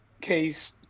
case